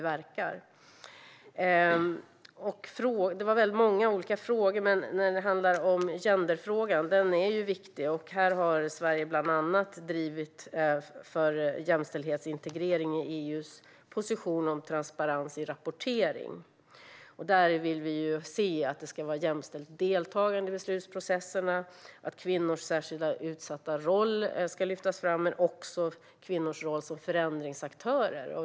Jag fick många olika frågor, till exempel handlade det om genderfrågan. Den är viktig, och Sverige har bland annat drivit på för jämställdhetsintegrering i EU:s position om transparens i rapporteringen. Vi vill att det ska finnas ett jämställt deltagande i beslutsprocesserna, att man lyfter fram kvinnors särskilt utsatta roll liksom kvinnors roll som förändringaktörer.